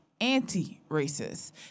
anti-racist